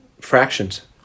Fractions